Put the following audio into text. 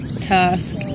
task